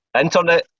Internet